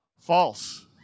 false